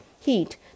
heat